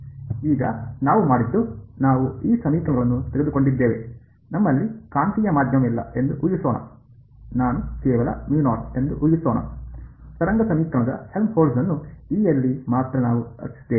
ಈಗ ನಾವು ಮಾಡಿದ್ದು ನಾವು ಈ ಸಮೀಕರಣಗಳನ್ನು ತೆಗೆದುಕೊಂಡಿದ್ದೇವೆ ನಮ್ಮಲ್ಲಿ ಕಾಂತೀಯ ಮಾಧ್ಯಮವಿಲ್ಲ ಎಂದು ಉಹಿಸೋಣ ನಾನು ಕೇವಲ ಎಂದು ಉಹಿಸೋಣ ತರಂಗ ಸಮೀಕರಣದ ಹೆಲ್ಮ್ಹೋಲ್ಟ್ಜ್ ಅನ್ನು ಯಲ್ಲಿ ಮಾತ್ರ ನಾವು ರಚಿಸಿದ್ದೇವೆ